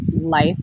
life